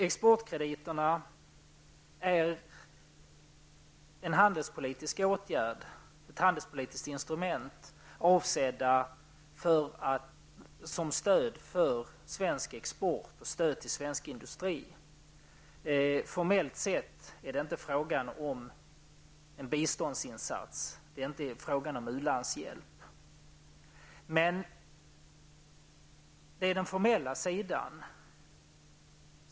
Exportkrediterna är ett handelspolitiskt instrument, avsett som stöd för svensk export och som stöd för svensk industri. Formellt sett är det inte fråga om en biståndsinsats, det är inte fråga om ulandshjälp. Men det är den formella sidan.